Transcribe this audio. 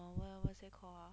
err what what's that call ah